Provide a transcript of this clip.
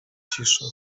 cisza